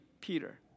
Peter